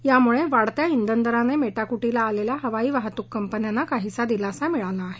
यामुळे वाढत्या इंधनदराने मेटाकुटीला आलेल्या हवाई वाहतुक कंपन्यांना काहीसा दिलासा मिळाला आहे